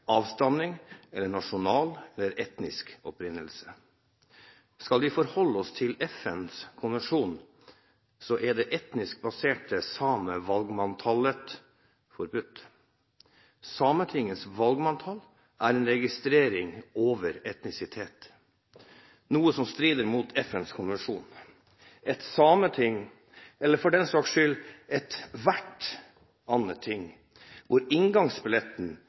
avstamning eller nasjonal eller etnisk opprinnelse. Skal vi forholde oss til FNs konvensjon, er det etnisk baserte samevalgmanntallet forbudt. Sametingets valgmanntall er en registrering av etnisitet, noe som strider mot FNs konvensjon. Et sameting – eller for den saks skyld ethvert annet ting – hvor inngangsbilletten